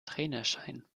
trainerschein